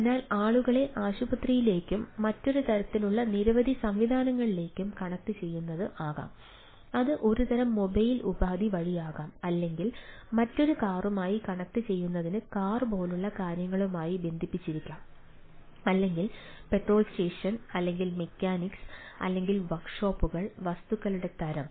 അതിനാൽ ആളുകളെ ആശുപത്രികളിലേക്കും മറ്റൊരു തരത്തിലുള്ള നിരവധി സംവിധാനങ്ങളിലേക്കും കണക്റ്റുചെയ്യുന്നത് ആകാം അത് ഒരു തരം മൊബൈൽ ഉപാധി വഴിയാകാം അല്ലെങ്കിൽ മറ്റൊരു കാറുമായി കണക്റ്റുചെയ്തിരിക്കുന്ന കാർ പോലുള്ള കാര്യങ്ങളുമായി ബന്ധിപ്പിച്ചിരിക്കാം അല്ലെങ്കിൽ പെട്രോൾ സ്റ്റേഷൻ അല്ലെങ്കിൽ മെക്കാനിക്സ് അല്ലെങ്കിൽ വർക്ക് ഷോപ്പുകൾ വസ്തുക്കളുടെ തരം